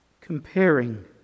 comparing